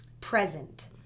present